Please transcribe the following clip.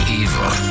evil